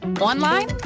Online